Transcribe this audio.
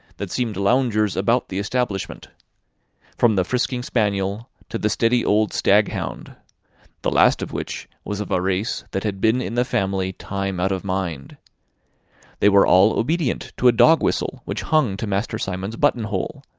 that seemed loungers about the establishment from the frisking spaniel to the steady old staghound the last of which was of a race that had been in the family time out of mind they were all obedient to a dog-whistle which hung to master simon's buttonhole,